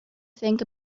think